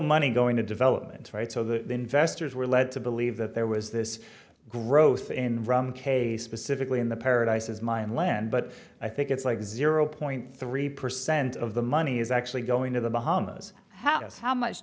money going to development right so the investors were led to believe that there was this growth in specifically in the paradise as mine land but i think it's like zero point three percent of the money is actually going to the bahamas house how much